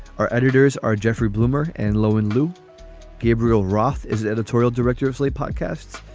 our editors are jeffrey blumer and lowe and luke gabriel roth is the editorial director of early podcasts.